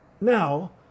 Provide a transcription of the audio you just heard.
Now